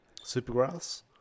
Supergrass